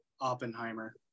Oppenheimer